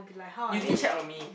you didn't check on me